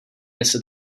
jestli